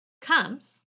comes